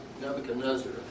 Nebuchadnezzar